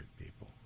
people